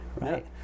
right